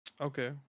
okay